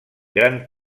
gran